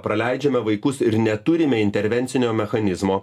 praleidžiame vaikus ir neturime intervencinio mechanizmo